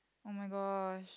oh-my-gosh